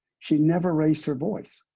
she never raised her voice.